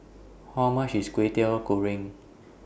How much IS Kway Teow Goreng